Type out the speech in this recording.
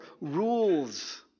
rules